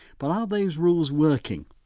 but are those rules working?